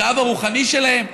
כאב הרוחני שלהם,